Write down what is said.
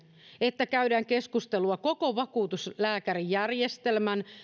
että käydään keskustelua koko vakuutuslääkärijärjestelmän